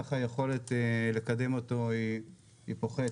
כך היכולת לקדם אותו פוחתת.